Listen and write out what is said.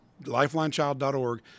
lifelinechild.org